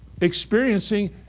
experiencing